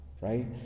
right